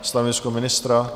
Stanovisko ministra?